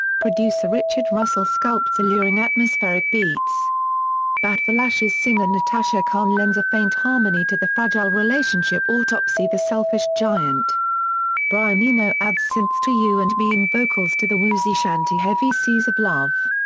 producer richard russell sculpts alluring atmospheric beats bat for lashes singer natasha khan lends a faint harmony to the fragile relationship autopsy the selfish giant brian eno adds synths to you and me and vocals to the woozy chanty heavy seas of love.